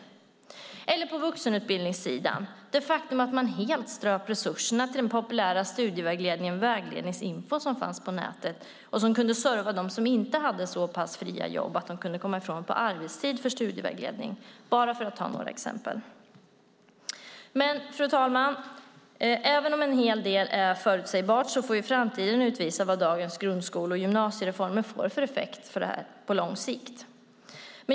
På vuxenutbildningssidan strök man helt resurserna till den populära studievägledningen Vägledningsinfo som fanns på nätet och kunde serva dem som inte hade så fria jobb att de kunde komma ifrån på arbetstid för studievägledning. Det är bara några exempel. Men, fru talman, även om en hel del är förutsägbart får framtiden utvisa vad dagens grundskole och gymnasiereformer får för effekt på lång sikt.